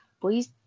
please